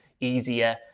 easier